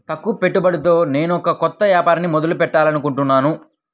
తక్కువ పెట్టుబడితో నేనొక కొత్త వ్యాపారాన్ని మొదలు పెట్టాలనుకుంటున్నాను